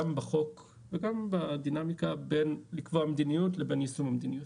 גם בחוק וגם בדינמיקה בין לקבוע מדיניות לבין יישום המדיניות.